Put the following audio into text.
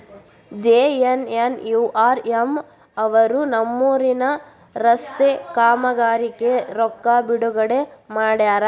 JNNURM ಅವರು ನಮ್ಮೂರಿನ ರಸ್ತೆ ಕಾಮಗಾರಿಗೆ ರೊಕ್ಕಾ ಬಿಡುಗಡೆ ಮಾಡ್ಯಾರ